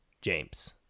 James